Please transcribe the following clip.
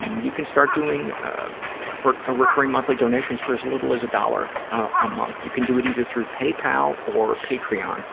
you can start doing ah recurring monthly donations for as little as a dollar a month. you can do it either through paypal or patreon.